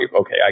okay